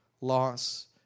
loss